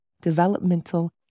developmental